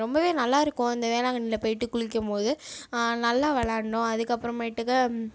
ரொம்பவே நல்லா இருக்கும் அந்த வேளாங்கண்ணியில் போயிட்டு குளிக்கும் போது நல்லா விளையாண்டோம் அதுக்கப்புறமேட்டுக்கு